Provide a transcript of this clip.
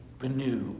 renew